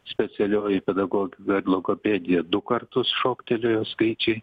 specialioji pedagogika logopedija du kartus šoktelėjo skaičiai